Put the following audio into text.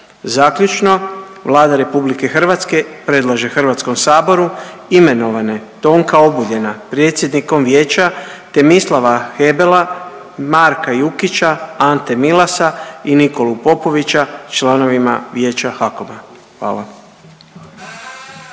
Zaključno, Vlada RH predlaže HS-u imenovane Tonka Obuljena predsjednikom vijeća, te Mislava Hebela, Marka Jukića, Ante Milasa i Nikolu Popovića članovima Vijeća HAKOM-a. Hvala.